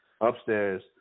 Upstairs